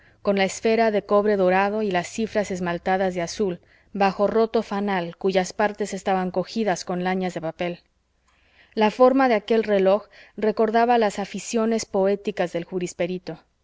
con la esfera de cobre dorado y las cifras esmaltadas de azul bajo roto fanal cuyas partes estaban cogidas con lañas de papel la forma de aquel reloj recordaba las aficiones poéticas del jurisperito